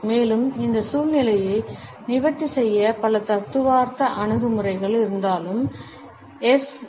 மேலும் இந்த சூழ்நிலையை நிவர்த்தி செய்ய பல தத்துவார்த்த அணுகுமுறைகள் இருந்தாலும் என்